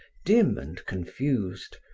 dim and confused,